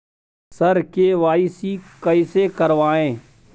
sir KYC कैसे करवाएं